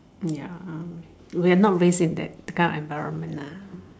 ya we are not raise in that kind of environment lah